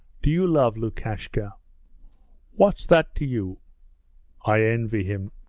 do you love lukashka what's that to you i envy him